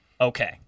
okay